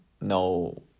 no